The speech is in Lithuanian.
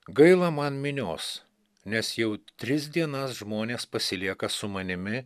gaila man minios nes jau tris dienas žmonės pasilieka su manimi